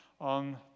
on